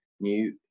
new